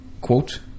quote